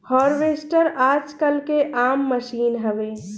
harvester आजकल के आम मसीन हवे